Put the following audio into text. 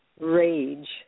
rage